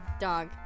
dog